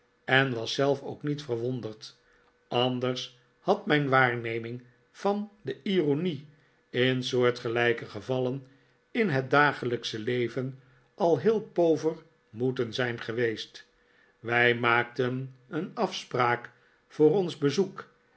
en was zelf ook niet verwonderd anders had mijn waarneming van de ironie in soortgelijke gevallen in het dagelijksche leven al heel pover moeten zijn geweest wij maakten een afspraak voor ons bezoek